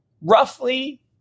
roughly